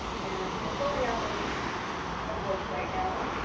and we're filling out those envelopes right now.